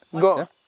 Go